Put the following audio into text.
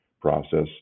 process